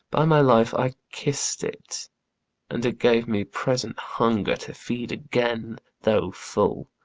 by my life, i kiss'd it and it gave me present hunger to feed again, though full.